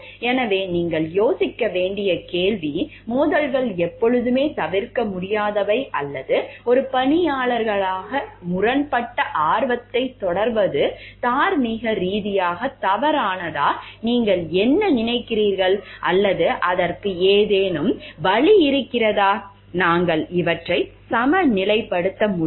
எனவே நீங்கள் யோசிக்க வேண்டிய கேள்வி மோதல்கள் எப்போதுமே தவிர்க்க முடியாதவை அல்லது ஒரு பணியாளராக முரண்பட்ட ஆர்வத்தைத் தொடர்வது தார்மீக ரீதியாக தவறானதா நீங்கள் என்ன நினைக்கிறீர்கள் அல்லது அதற்கு ஏதேனும் வழி இருக்கிறதா நாங்கள் இவற்றை சமநிலைப்படுத்த முடியும்